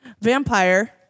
Vampire